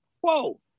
Whoa